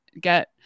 get